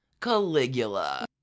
caligula